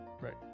Right